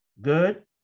Good